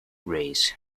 rays